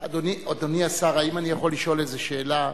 אדוני השר, האם אני יכול לשאול איזה שאלה?